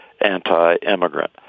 anti-immigrant